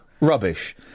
rubbish